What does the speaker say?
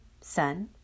Sun